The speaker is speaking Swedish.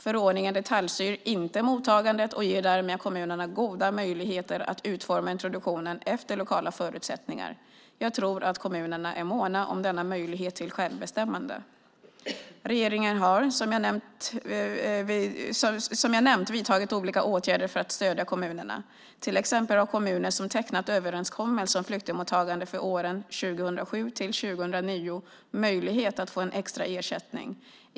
Förordningen detaljstyr inte mottagandet och ger därmed kommunerna goda möjligheter att utforma introduktionen efter lokala förutsättningar. Jag tror att kommunerna är måna om denna möjlighet till självbestämmande. Regeringen har, som jag nämnt, vidtagit olika åtgärder för att stödja kommunerna. Till exempel har kommuner som tecknat överenskommelser om flyktingmottagande för åren 2007-2009 möjlighet att få en extra ersättning.